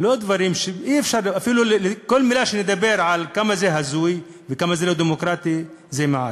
כל מילה שנדבר על כמה זה הזוי וכמה זה לא דמוקרטי זה מעט.